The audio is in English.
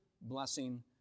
blessing